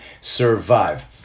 survive